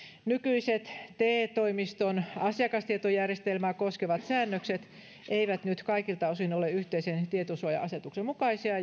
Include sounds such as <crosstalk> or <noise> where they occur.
nykyiset te toimiston asiakastietojärjestelmää koskevat säännökset eivät kaikilta osin ole yleisen tietosuoja asetuksen mukaisia <unintelligible>